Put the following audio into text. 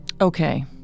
Okay